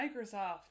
Microsoft